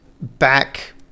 back